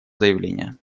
заявления